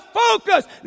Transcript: focus